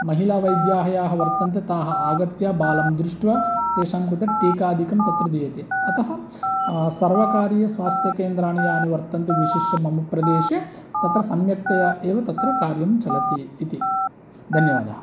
महिलावैद्याः याः वर्तन्ते ताः आगत्य बालं दृष्ट्वा तेषां कृते टीकादिकं तत्र दीयते अतः सर्वकारीयस्वास्थ्यकेन्द्राणि यानि वर्तन्ते विशिष्य मम प्रदेशे तत्र सम्यक्तया एव तत्र कार्यं चलति इति धन्यवादाः